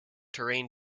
terrain